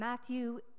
Matthew